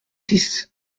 six